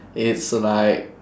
it's like